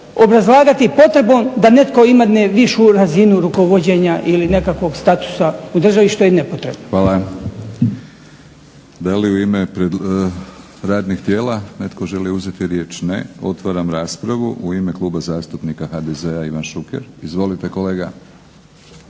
obrazlagati potrebom da netko ima višu razinu rukovođenja ili nekakvog statusa u državi što je nepotrebno. **Batinić, Milorad (HNS)** Hvala. Da li u ime radnih tijela netko želi uzeti riječ? Ne. Otvaram raspravu. U ime Kluba zastupnika HDZ-a Ivan Šuker. Izvolite kolega.